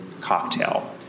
cocktail